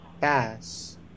gas